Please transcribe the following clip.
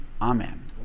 Amen